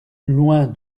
loin